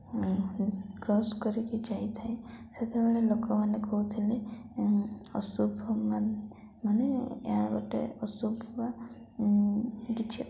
cross କରିକି ଯାଇଥାଏ ସେତେବେଳେ ଲୋକମାନେ କହୁଥିଲେ ଅଶୁଭ ମାନେ ଏହା ଗୋଟେ ଅଶୁଭ ବା କିଛି